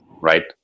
right